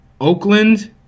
Oakland